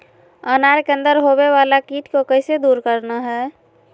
अनार के अंदर होवे वाला कीट के कैसे दूर करना है?